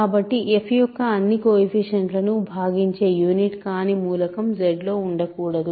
కాబట్టి f యొక్క అన్ని కొయెఫిషియంట్లను భాగించే యూనిట్ కాని మూలకం Z లో ఉండకూడదు